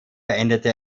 beendete